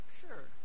sure